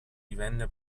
divenne